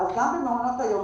אז גם במעונות היום,